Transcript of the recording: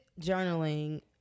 journaling